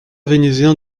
vénusien